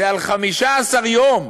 זה על 15 יום